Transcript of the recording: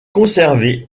conservée